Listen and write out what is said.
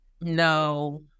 no